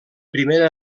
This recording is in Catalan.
primera